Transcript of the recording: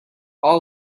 all